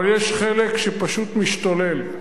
אבל יש חלק שפשוט משתולל.